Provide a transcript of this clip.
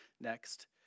next